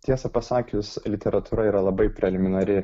tiesa pasakius literatūra yra labai preliminari